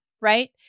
Right